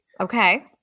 Okay